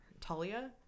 Talia